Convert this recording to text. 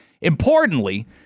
Importantly